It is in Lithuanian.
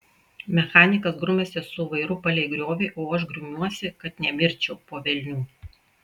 mechanikas grumiasi su vairu palei griovį o aš grumiuosi kad nemirčiau po velnių